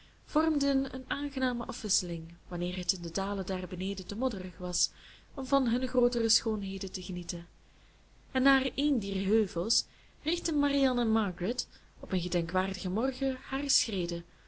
vormden een aangename afwisseling wanneer het in de dalen daarbeneden te modderig was om van hunne grootere schoonheden te genieten en naar een dier heuvels richtten marianne en margaret op een gedenkwaardigen morgen hare schreden